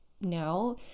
now